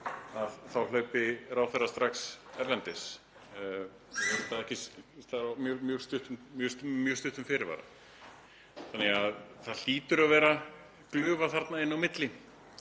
að þá hlaupi ráðherra strax erlendis með mjög stuttum fyrirvara. Það hlýtur að vera glufa þarna inn á milli